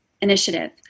initiative